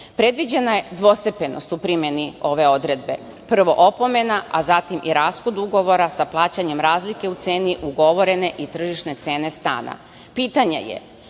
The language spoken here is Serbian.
dopune. Predviđena je dvostepenost u primeni ove odredbe. Prvo opomena, a zatim i raskid ugovora sa plaćanjem razlike u ceni ugovorene i tržišne cene stana. Pitanje